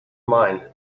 mind